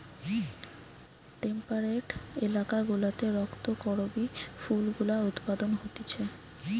temperate এলাকা গুলাতে রক্ত করবি ফুল গুলা উৎপাদন হতিছে